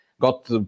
got